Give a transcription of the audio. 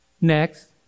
next